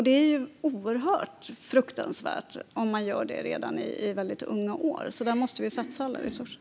Det är ju fruktansvärt om man gör det redan i väldigt unga år. Där måste vi satsa alla resurser.